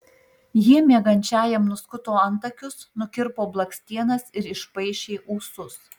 jie miegančiajam nuskuto antakius nukirpo blakstienas ir išpaišė ūsus